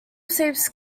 sweeps